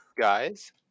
Guys